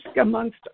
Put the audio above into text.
amongst